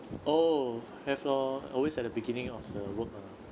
oh have lor always at the beginning of the work ah